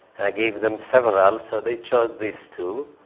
and i gave them several. so they chose these two.